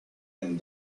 and